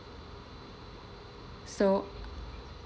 so